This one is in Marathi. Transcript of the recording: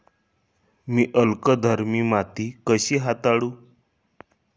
मी अल्कधर्मी माती कशी हाताळू?